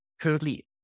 currently